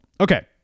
Okay